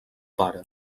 pare